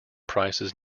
prices